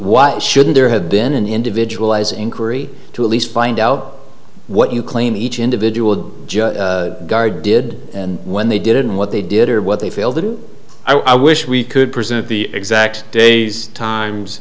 what shouldn't there have been an individual is inquiry to at least find out what you claim each individual guard did when they did it and what they did or what they failed to do i wish we could present the exact days times